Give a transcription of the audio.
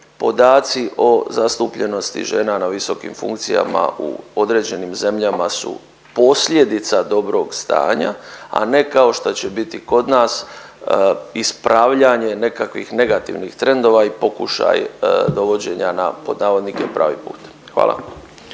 podaci o zastupljenosti žena na visokim funkcijama u određenim zemljama su posljedica dobrog stanja, a ne kao što će biti kod nas, ispravljanje nekakvih negativnih trendova i pokušaj dovođenja na, pod navodnike, pravi put. Hvala.